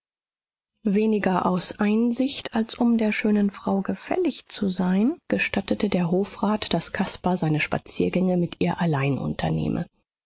weniger aus einsicht als um der schönen frau gefällig zu sein gestattete der hofrat daß caspar seine spaziergänge mit ihr allein unternehme